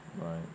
Right